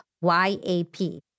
Y-A-P